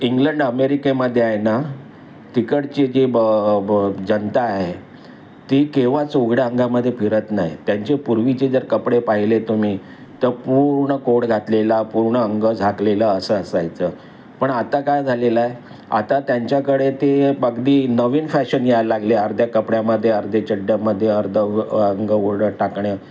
England अमेरिकेमदे आहे ना तिकडचे जे ब ब जनता आहे ती केव्हाच उघड्या अंगामध्ये फिरत नाही त्यांचे पूर्वीचे जर कपडे पाहिले तुम्ही तर पूर्ण कोट घातलेला पूर्ण अंग झकलेलं असं असायचं पण आता काय झालेलं आहे आता त्यांच्याकडे ते अगदी नवीन फॅशन याय लागले अर्ध्या कपड्यामध्ये अर्धे चड्ड्यामध्ये अर्ध अ अंग उघडं टाकण्यात